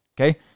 Okay